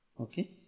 okay